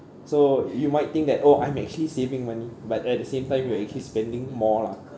so you might think that oh I'm actually saving money but at the same time you are actually spending more lah